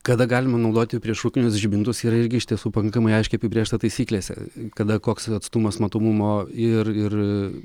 kada galima naudoti priešrūkinius žibintus yra irgi iš tiesų pakankamai aiškiai apibrėžta taisyklėse kada koks atstumas matomumo ir ir